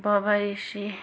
Baba Reshi